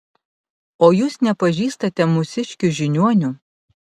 o jūs nepažįstate mūsiškių žiniuonių